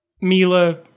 Mila